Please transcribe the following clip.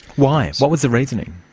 why? what was the reasoning?